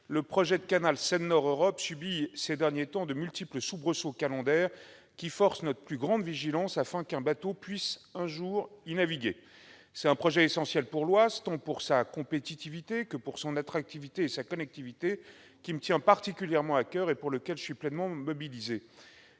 le projet de canal Seine-Nord Europe subit ces derniers temps de multiples soubresauts calendaires, qui forcent notre plus grande vigilance, afin qu'un bateau puisse un jour y naviguer. C'est un projet essentiel pour l'Oise tant pour sa compétitivité que pour son attractivité et sa connectivité, qui me tient particulièrement à coeur et pour lequel je suis pleinement mobilisé.